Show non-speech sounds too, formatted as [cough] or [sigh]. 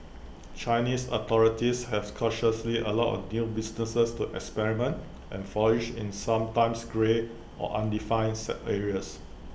Chinese authorities have cautiously allowed new businesses to experiment and flourish in sometimes grey or undefined [unintelligible] areas